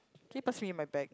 can you pass me my bag